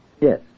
Yes